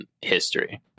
history